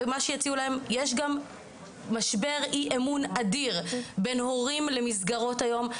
יש גם משבר אי-אמון אדיר בין הורים למסגרות היום,